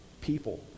people